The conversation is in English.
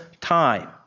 time